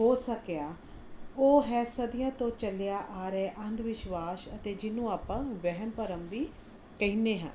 ਹੋ ਸਕਿਆ ਉਹ ਹੈ ਸਦੀਆਂ ਤੋਂ ਚੱਲਿਆ ਆ ਰਿਹਾ ਅੰਧ ਵਿਸ਼ਵਾਸ ਅਤੇ ਜਿਹਨੂੰ ਆਪਾਂ ਵਹਿਮ ਭਰਮ ਵੀ ਕਹਿੰਦੇ ਹਾਂ